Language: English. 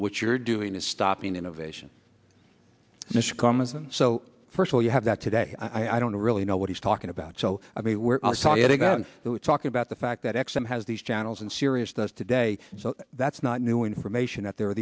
what you're doing is stopping innovation so first of all you have that today i don't really know what he's talking about so i mean we're talking we talk about the fact that exxon has these channels and sirius does today so that's not new information out there